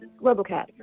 RoboCat